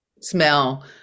smell